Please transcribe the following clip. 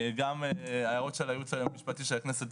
גם ההערות של הייעוץ המשפטי של הכנסת